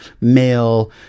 male